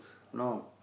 no